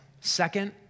Second